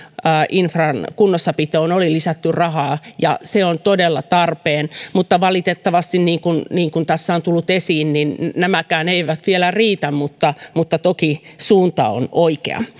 infran kunnossapitoon oli lisätty rahaa se on todella tarpeen mutta valitettavasti niin kuin niin kuin tässä on tullut esiin nämäkään eivät vielä riitä mutta mutta toki suunta on oikea